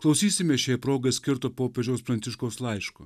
klausysime šiai progai skirto popiežiaus pranciškaus laiško